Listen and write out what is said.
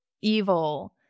evil